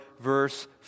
verse